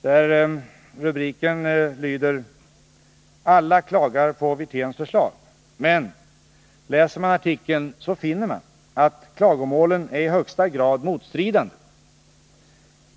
Dess rubrik lyder: ”Alla klagar på Wirténs förslag.” Men läser man artikeln finner man att klagomålen är i högsta grad motstridande.